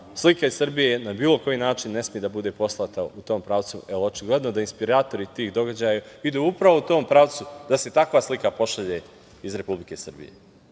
slika iz Srbije na bilo koji način ne sme da bude poslata u tom pravcu, jer očigledno je da inspiratori tih događaja idu upravo u tom pravcu da se takva slika pošalje iz Republike Srbije,